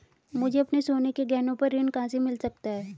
मुझे अपने सोने के गहनों पर ऋण कहां से मिल सकता है?